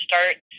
start